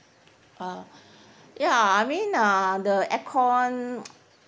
uh ya I mean uh the aircon